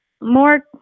more